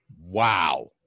wow